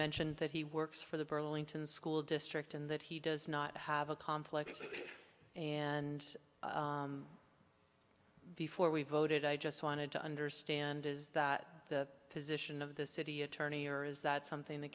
mentioned that he works for the burlington school district and that he does not have a complex and before we voted i just wanted to understand is that the position of the city attorney or is that something th